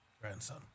grandson